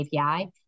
API